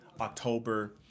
October